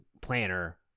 planner